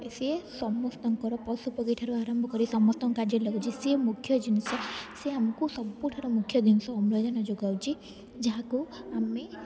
ସିଏ ସମସ୍ତଙ୍କର ପଶୁ ପକ୍ଷୀ ଠାରୁ ଆରମ୍ଭ କରି ସମସ୍ତଙ୍କ କାର୍ଯ୍ୟରେ ଲାଗୁଛି ସିଏ ମୁଖ୍ୟ ଜିନିଷ ସିଏ ଆମକୁ ସବୁଠାରୁ ମୁଖ୍ୟ ଜିନିଷ ଅମ୍ଳଜାନ ଯୋଗାଉଛି ଯାହାକୁ ଆମେ